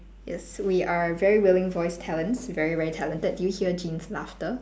yes we are very willing voice talents very very talented do you hear jean's laughter